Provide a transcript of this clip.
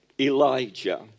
Elijah